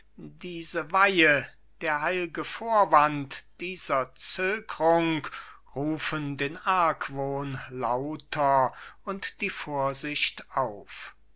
diese weihe der heil'ge vorwand dieser zögrung rufen den argwohn lauter und die vorsicht auf